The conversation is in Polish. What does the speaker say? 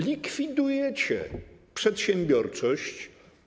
Likwidujecie przedsiębiorczość.